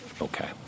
Okay